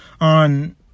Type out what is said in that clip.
on